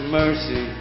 mercy